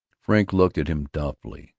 frink looked at him doubtfully,